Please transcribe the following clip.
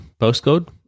postcode